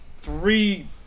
three